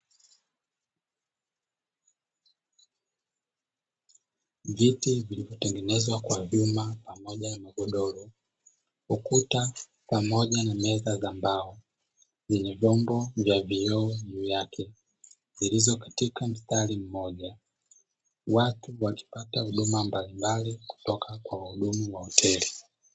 Viti vilivyotenegezewa kwa vyuma pamoja na godoro, ukuta pamoja na meza za mbao zenye vyombo vya vioo juu yake zilizo katika mstari mmoja, watu wakipata huduma mbalimbali kutoka kwa wahudumu wa hoteli.